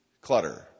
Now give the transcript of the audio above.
clutter